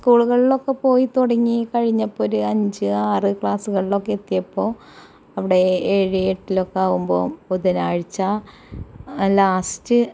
സ്കൂളുകളിലൊക്കെ പോയി തുടങ്ങിക്കഴിഞ്ഞപ്പം ഒരു അഞ്ച് ആറ് ക്ലാസ്സുകളിലൊക്കെ എത്തിയപ്പോൾ അവിടെ ഏഴ് എട്ടിലൊക്കെ ആകുമ്പോൾ ബുധനാഴ്ച്ച ലാസ്റ്റ്